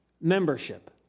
membership